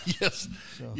Yes